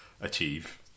achieve